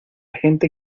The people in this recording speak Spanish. gente